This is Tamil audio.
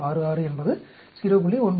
0166 என்பது 0